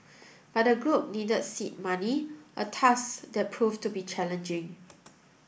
but the group needed seed money a task that proved to be challenging